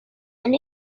and